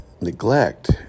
neglect